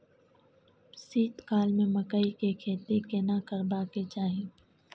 शीत काल में मकई के खेती केना करबा के चाही?